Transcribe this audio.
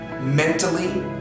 mentally